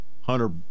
Hunter